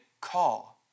call